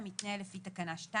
המתנהל לפי תקנה 2,